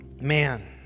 man